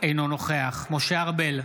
אינו נוכח משה ארבל,